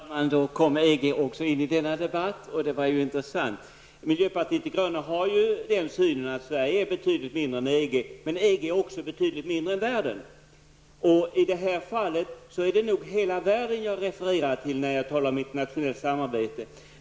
Herr talman! Då kom EG också in i denna debatt, det var intressant. Enligt miljöpartiet de grönas synsätt är Sverige betydligt mindre än EG, men EG är också betydligt mindre än världen. I det här fallet är det nog hela världen jag refererar till när jag talar om internationellt samarbete.